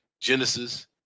Genesis